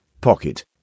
pocket